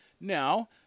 Now